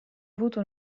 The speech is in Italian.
avuto